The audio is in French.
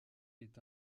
est